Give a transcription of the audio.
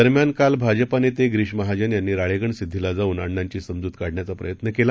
दरम्यान काल भाजपा नेते गिरीश महाजन यांनी राळेगणसिद्वीला जाऊन अण्णांची समजूत काढण्याचा प्रयत्न केला